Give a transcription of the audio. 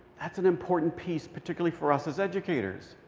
that's an important piece, particularly for us as educators.